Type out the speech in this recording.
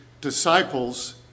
disciples